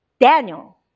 Daniel